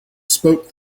spoke